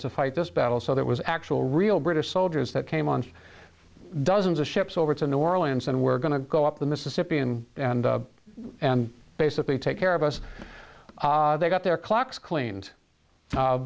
to fight this battle so that was actual real british soldiers that came on dozens of ships over to new orleans and were going to go up the mississippi and and basically take care of us they got their clocks cleaned